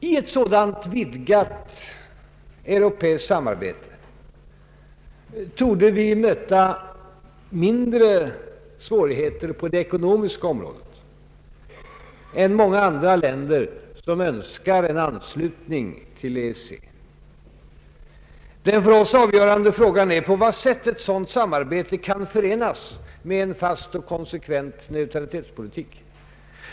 I ett sådant vidgat europeiskt samarbete torde vi möta mindre svårigheter på det ekonomiska området än många andra länder, som önskar en anslutning till EEC. Den för oss avgörande frågan är på vad sätt ett sådant samarbete kan förenas med en fast och konsekvent neutralitetspolitik.